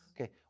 Okay